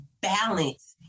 balance